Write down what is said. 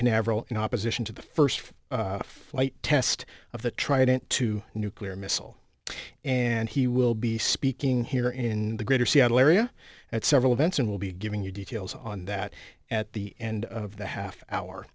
canaveral in opposition to the first flight test of the trident two nuclear missile and he will be speaking here in the greater seattle area at several events and we'll be giving you details on that at the end of the half hour